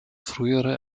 frühere